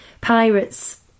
Pirates